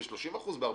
ב-30%, ב-40%.